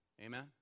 Amen